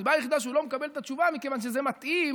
הסיבה היחידה שהוא לא מקבל את התשובה היא מכיוון שזה מתאים